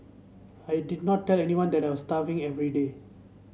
I did not tell anyone that I was starving every day